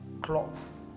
cloth